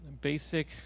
basic